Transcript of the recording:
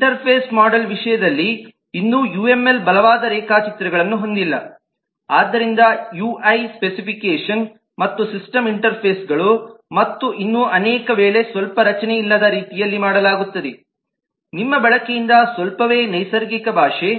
interface model ವಿಷಯದಲ್ಲಿ ಇನ್ನೂ UML ಬಲವಾದ ರೇಖಾಚಿತ್ರಗಳನ್ನು ಹೊಂದಿಲ್ಲ ಆದ್ದರಿಂದ ಯುಐ ಸ್ಪೆಸಿಫಿಕೇಶನ್ ಮತ್ತು ಸಿಸ್ಟಮ್ ಇಂಟರ್ಫೇಸ್ಗಳು ಮತ್ತು ಇನ್ನೂ ಅನೇಕ ವೇಳೆ ಸ್ವಲ್ಪ ರಚನೆಯಿಲ್ಲದ ರೀತಿಯಲ್ಲಿ ಮಾಡಲಾಗುತ್ತದೆ ನಿಮ್ಮ ಬಳಕೆಯಿಂದ ಸ್ವಲ್ಪವೇ ನೈಸರ್ಗಿಕ ಭಾಷೆ